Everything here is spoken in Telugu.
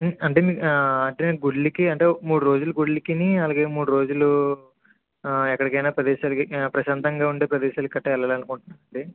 అంటే మే అంటే నేను గుడులకి అంటే మూడు రోజులు గుడులకీను అలాగే మూడు రోజులు ఎక్కడికైనా ప్రదేశాలకి ప్రశాంతంగా ఉండే ప్రదేశాలకి గట్రా వెళ్ళాలనుకుంటున్నానండి